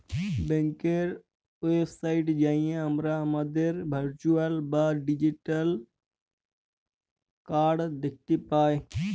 ব্যাংকের ওয়েবসাইটে যাঁয়ে আমরা আমাদের ভারচুয়াল বা ডিজিটাল কাড় দ্যাখতে পায়